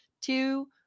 two